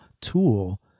tool